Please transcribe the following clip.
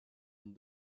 une